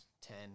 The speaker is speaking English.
ten